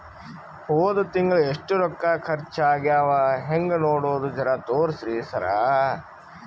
ಹೊದ ತಿಂಗಳ ಎಷ್ಟ ರೊಕ್ಕ ಖರ್ಚಾ ಆಗ್ಯಾವ ಹೆಂಗ ನೋಡದು ಜರಾ ತೋರ್ಸಿ ಸರಾ?